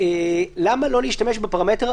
למה לא להשתמש בפרמטר,